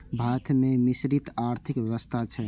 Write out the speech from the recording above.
भारत मे मिश्रित आर्थिक व्यवस्था छै